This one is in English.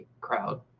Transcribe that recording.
crowd